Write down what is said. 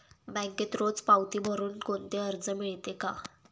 बँकेत रोज पावती भरुन कोणते कर्ज मिळते का?